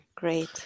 great